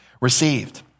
received